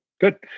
Good